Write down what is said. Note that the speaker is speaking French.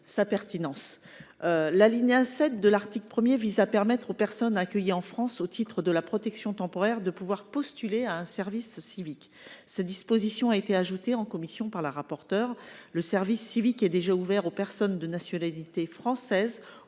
sa pertinence. L’alinéa 7 vise à permettre aux personnes accueillies en France au titre de la protection temporaire de postuler à un service civique. Cette disposition a été ajoutée en commission, sur l’initiative de la rapporteure. Le service civique est déjà ouvert aux personnes de nationalité française,